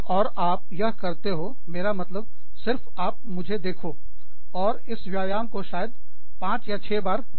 और आप यह करते हो मेरा मतलब सिर्फ आप मुझे देखो और इस व्यायाम को शायद 5 या 6 बार करो